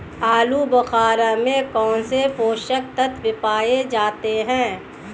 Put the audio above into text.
आलूबुखारा में कौन से पोषक तत्व पाए जाते हैं?